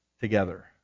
together